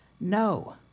no